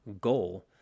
Goal